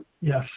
Yes